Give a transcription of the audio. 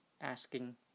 asking